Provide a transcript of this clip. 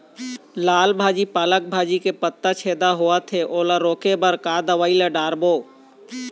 लाल भाजी पालक भाजी के पत्ता छेदा होवथे ओला रोके बर का दवई ला दारोब?